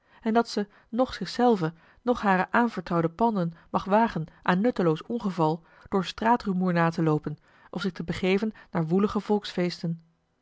en dat ze noch zich zelve noch hare aanvertrouwde panden mag wagen aan nutteloos ongeval door straatrumoer na te loopen of zich te begeven naar woelige